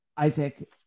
Isaac